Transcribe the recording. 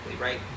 right